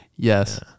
Yes